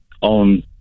on